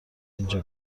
اینجا